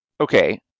okay